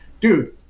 dude